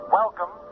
welcome